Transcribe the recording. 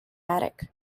attic